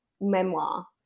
memoir